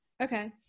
Okay